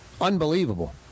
unbelievable